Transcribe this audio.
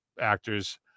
actors